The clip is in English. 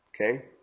Okay